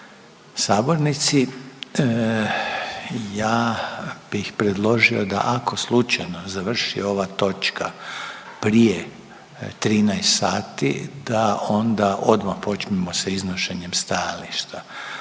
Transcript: sabornici, ja bih predložio da ako slučajno završi ova točka prije 13 sati, da onda odmah počnemo sa iznošenjem stajališta,